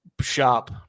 shop